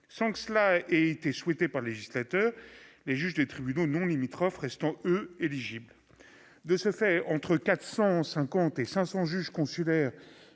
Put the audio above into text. sans que cela ait été souhaité par le législateur- les juges des tribunaux non limitrophes restant, eux, éligibles. Eh oui ! De ce fait, entre 450 et 500 juges consulaires,